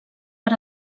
per